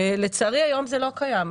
לצערי היום זה לא קיים.